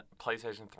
PlayStation